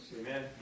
Amen